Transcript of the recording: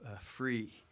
free